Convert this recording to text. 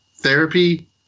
therapy